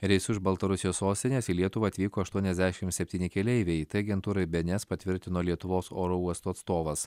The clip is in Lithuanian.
reisu iš baltarusijos sostinės į lietuvą atvyko aštuoniasdešim septyni keleiviai tai agentūrai bns patvirtino lietuvos oro uosto atstovas